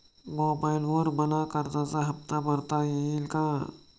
मोबाइलवर मला कर्जाचा हफ्ता भरता येईल का?